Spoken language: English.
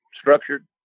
structured